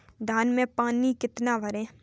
धान में पानी कितना भरें?